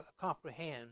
comprehend